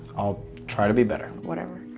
i'll try to be better. whatever.